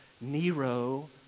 Nero